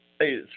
Hey